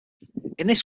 this